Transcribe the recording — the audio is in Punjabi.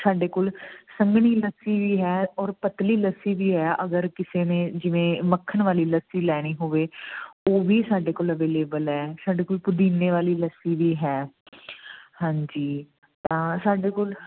ਸਾਡੇ ਕੋਲ ਸੰਘਣੀ ਲੱਸੀ ਵੀ ਹੈ ਔਰ ਪਤਲੀ ਲੱਸੀ ਵੀ ਹੈ ਅਗਰ ਕਿਸੇ ਨੇ ਜਿਵੇਂ ਮੱਖਣ ਵਾਲੀ ਲੱਸੀ ਲੈਣੀ ਹੋਵੇ ਉਹ ਵੀ ਸਾਡੇ ਕੋਲ ਅਵੇਲੇਬਲ ਹੈ ਸਾਡੇ ਕੋਲ ਪੁਦੀਨੇ ਵਾਲੀ ਲੱਸੀ ਵੀ ਹੈ ਹਾਂਜੀ ਤਾਂ ਸਾਡੇ ਕੋਲ